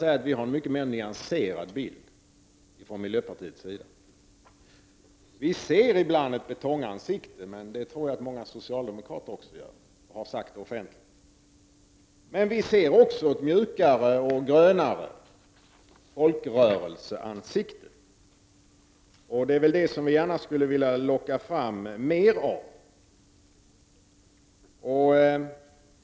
Vi i miljöpartiet har en mycket mer nyanserad bild. Visserligen ser vi ibland ett betongansikte, men det tror jag att också många socialdemokrater gör, vilket även har uttalats offentligt. Men vi ser också ett mjukare och grönare folkrörelseansikte, och det skulle vi gärna vilja locka fram mer av.